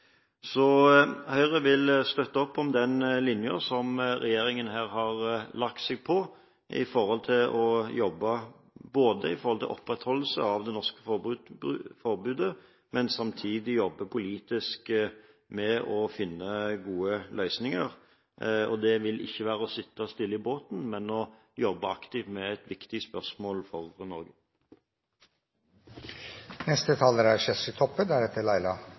Høyre vil støtte opp om den linjen som regjeringen har lagt seg på når det gjelder å jobbe for å opprettholde det norske forbudet, og samtidig jobbe politisk med å finne gode løsninger. Det vil ikke være å sitte stille i båten, men å jobbe aktivt med et viktig spørsmål for Norge. Alkohol er